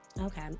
Okay